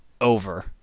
Over